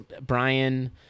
Brian